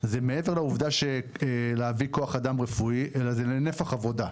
מעבר להבאת כוח אדם רפואי, הוא נפח עבודה.